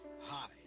Hi